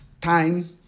time